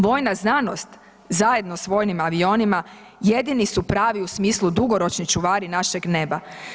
Vojna znanost zajedno s vojnim avionima jedini su pravi u smislu dugoročni čuvari našeg neba.